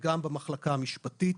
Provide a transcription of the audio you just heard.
וגם במחלקה המשפטית.